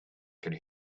could